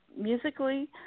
musically